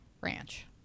ranch